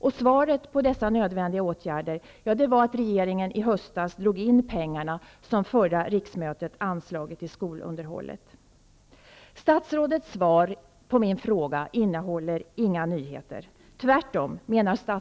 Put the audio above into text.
Men trots dessa nödvändiga åtgärder drog regeringen i höstas in de pengar som de förra riksmötet anslog till skolunderhåll. Statsrådets svar på min fråga innehåller inga nyheter. Statsrådet anser